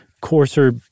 coarser